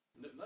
No